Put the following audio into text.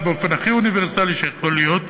באופן הכי אוניברסלי שיכול להיות,